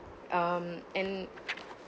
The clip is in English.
um and